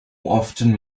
often